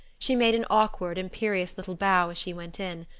she made an awkward, imperious little bow as she went in.